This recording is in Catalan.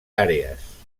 àrees